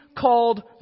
called